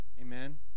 Amen